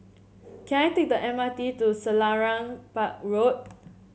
can I take the M R T to Selarang Park Road